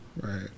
Right